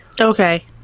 Okay